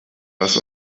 lass